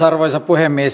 arvoisa puhemies